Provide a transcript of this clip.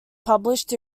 published